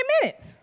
minutes